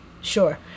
Sure